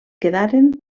quedaren